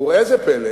וראה זה פלא,